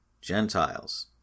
Gentiles